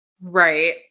Right